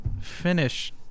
finish